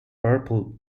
purple